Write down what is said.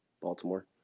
Baltimore